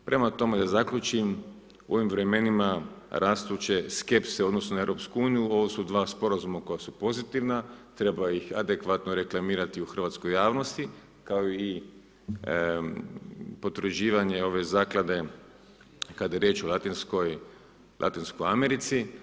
Prema tome, da zaključim, u ovim vremenima rastuće skepse u odnosu na EU ovo su dva sporazuma koja su pozitivna, treba ih adekvatno reklamirati u hrvatskoj javnosti kao i potvrđivanje ove zaklade kada je riječ o Latinskoj Americi.